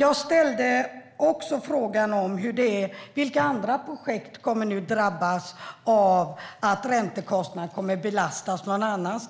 Jag ställde också frågan: Vilka andra projekt kommer att drabbas av att räntekostnaderna kommer att belasta någon annan